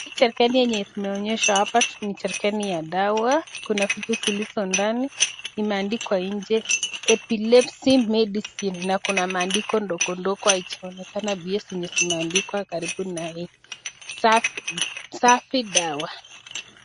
Hii jerikani yenye tumeonyeshwa hapa ni jerikani ya dawa. Kuna vitu zilizo ndani imeandikwa nje, Epilepsy Medicine na kuna maandiko ndogo ndogo haijaonekana pia zenye zimeandikwa karibu na Safi Dawa.